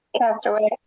Castaway